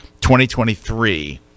2023